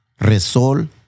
Resol